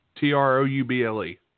T-R-O-U-B-L-E